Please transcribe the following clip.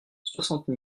soixante